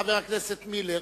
חבר הכנסת מילר,